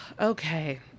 Okay